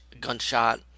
gunshot